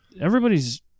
Everybody's